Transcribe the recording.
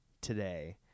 today